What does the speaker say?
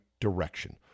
direction